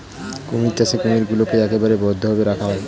কুমির চাষে কুমিরগুলোকে একেবারে বদ্ধ ভাবে রাখা হয়